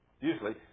Usually